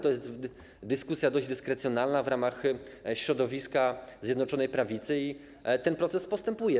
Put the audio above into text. To jest dyskusja dość dyskrecjonalna w ramach środowiska Zjednoczonej Prawicy i ten proces postępuje.